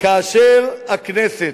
"כאשר הכנסת",